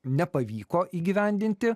nepavyko įgyvendinti